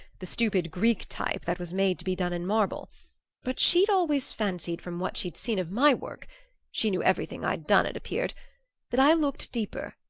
the stupid greek type that was made to be done in marble but she'd always fancied from what she'd seen of my work she knew everything i'd done, it appeared that i looked deeper,